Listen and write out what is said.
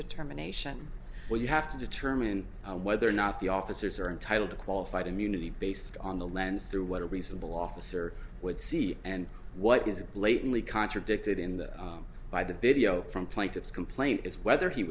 determination where you have to determine whether or not the officers are entitled to qualified immunity based on the lens through what a reasonable officer would see and what is blatantly contradicted in the by the biddy o from plaintiff's complaint is whether he